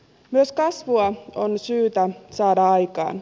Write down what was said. myös kasvua on syytä saada aikaan